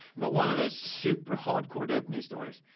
but one of those super hardcore dokeman stories.